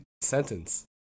sentence